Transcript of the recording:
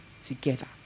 together